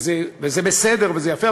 זה בסדר וזה יפה,